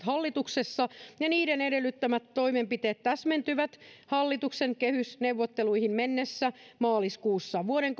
hallituksessa ja niiden edellyttämät toimenpiteet täsmentyvät hallituksen kehysneuvotteluihin mennessä maaliskuussa vuoden